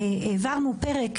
העברנו פרק,